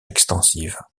extensive